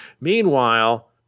Meanwhile